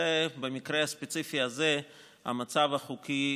במקרה הספציפי הזה זה המצב החוקי,